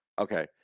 Okay